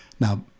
Now